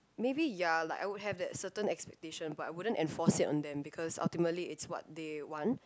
maybe ya like I would have that certain expectation but I wouldn't enforce it on them because ultimately it's what they want